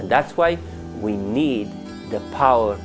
and that's why we need the power